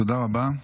תודה רבה.